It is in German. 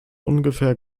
ungefähr